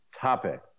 topic